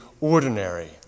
ordinary